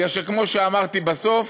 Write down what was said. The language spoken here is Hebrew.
מפני שכמו שאמרתי, בסוף,